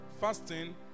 Fasting